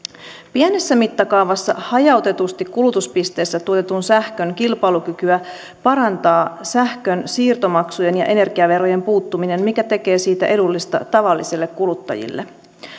pienessä mittakaavassa hajautetusti kulutuspisteessä tuotetun sähkön kilpailukykyä parantaa sähkön siirtomaksujen ja energiaverojen puuttuminen mikä tekee siitä edullista tavallisille kuluttajille